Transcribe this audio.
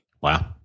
Wow